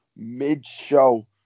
mid-show